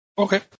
Okay